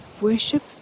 Worship